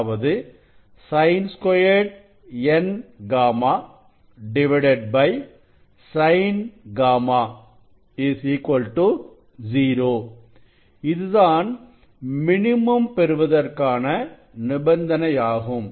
அதாவது Sin2 Nγ Sinγ 0 இதுதான் minimum பெறுவதற்கான நிபந்தனையாகும்